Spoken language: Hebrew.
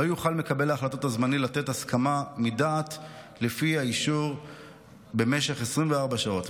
לא יוכל מקבל ההחלטות הזמני לתת הסכמה מדעת לפי האישור במשך 24 שעות.